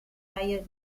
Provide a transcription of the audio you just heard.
reihe